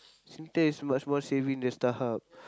Singtel is much more saving than StarHub